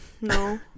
No